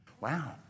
Wow